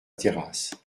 terrasse